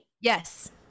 yes